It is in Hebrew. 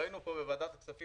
ראינו פה בוועדה את הדיון